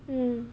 mm